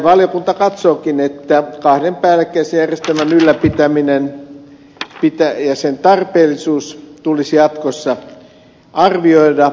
valiokunta katsookin että kahden päällekkäisjärjestelmän ylläpitäminen ja sen tarpeellisuus tulisi jatkossa arvioida yhteisötasolla